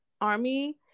army